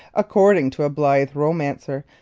according to a blithe romancer,